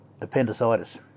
appendicitis